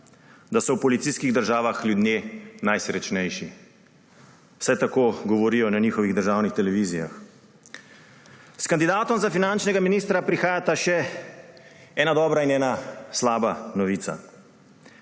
da so v policijskih državah ljudje najsrečnejši, vsaj tako govorijo na njihovih državnih televizijah. S kandidatom za finančnega ministra prihajata še ena dobra in ena slaba novica.